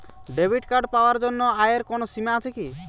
Debit card পাওয়ার জন্য আয়ের কোনো সীমা আছে কি?